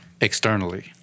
Externally